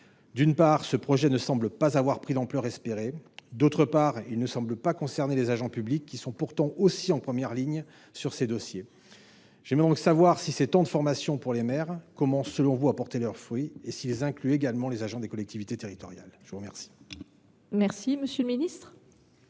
D’une part, un tel projet ne semble pas avoir pris l’ampleur espérée. D’autre part, il ne paraît pas concerner les agents publics, qui sont pourtant aussi en première ligne sur ces dossiers. J’aimerais savoir si ces temps de formation pour les maires commencent, selon vous, à porter leurs fruits, et s’ils incluent également les agents des collectivités territoriales. La parole est à M. le ministre.